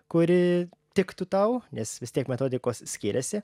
kuri tiktų tau nes vis tiek metodikos skiriasi